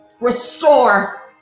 Restore